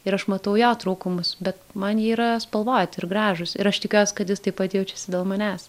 ir aš matau jo trūkumus be man jie yra spalvoti ir gražūs ir aš tikiuos kad jis taip pat jaučiasi dėl manęs